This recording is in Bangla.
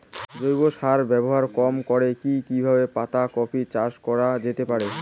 জৈব সার ব্যবহার কম করে কি কিভাবে পাতা কপি চাষ করা যেতে পারে?